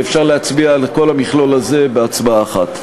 ואפשר להצביע על כל המכלול הזה בהצבעה אחת.